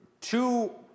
two